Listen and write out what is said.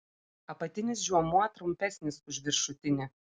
apatinis žiomuo trumpesnis už viršutinį